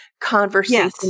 conversation